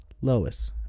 Lois